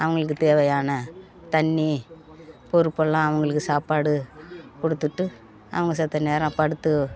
அவங்களுக்கு தேவையான தண்ணி பொறுப்பெல்லாம் அவங்களுக்கு சாப்பாடு கொடுத்துட்டு அவங்க சத்த நேரம் படுத்து